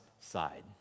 side